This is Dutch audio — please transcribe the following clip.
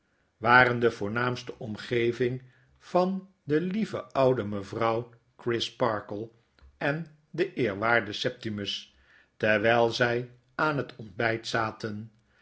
waren de voornaamste omgeving van de lieve oude mevrouw crisparkle en den eerwaarden septimus terwijl zij aan het ontbijt zaten